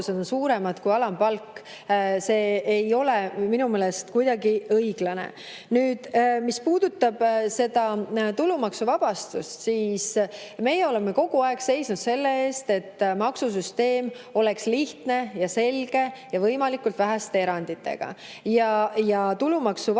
on suuremad kui alampalk. See ei ole minu meelest kuidagi õiglane. Mis puudutab seda tulumaksuvabastust, siis meie oleme kogu aeg seisnud selle eest, et maksusüsteem oleks lihtne ja selge ning võimalikult väheste eranditega. Ja tulumaksuvabastusest